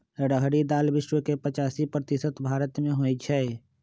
रहरी दाल विश्व के पचासी प्रतिशत भारतमें होइ छइ